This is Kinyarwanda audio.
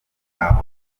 aho